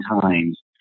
times